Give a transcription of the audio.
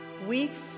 weeks